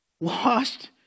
lost